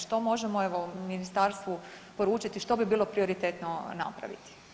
Što možemo evo ministarstvu poručiti, što bi bilo prioritetno napraviti?